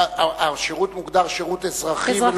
השירות מוגדר שירות אזרחי,